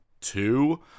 two